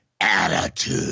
attitude